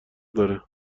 داره